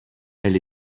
elle